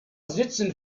sitzen